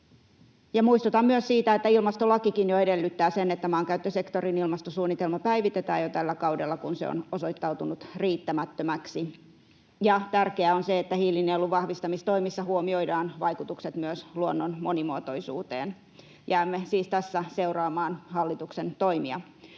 Muistutan myös siitä, että ilmastolakikin edellyttää sen, että maankäyttösektorin ilmastosuunnitelma päivitetään jo tällä kaudella, kun se on osoittautunut riittämättömäksi. Tärkeää on, että hiilinielun vahvistamistoimissa huomioidaan vaikutukset myös luonnon monimuotoisuuteen. Jäämme siis tässä seuraamaan hallituksen toimia.